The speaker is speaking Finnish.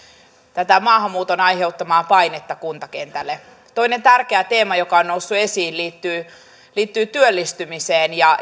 tätä maahanmuuton aiheuttamaa painetta kuntakentälle toinen tärkeä teema joka on noussut esiin liittyy liittyy työllistymiseen ja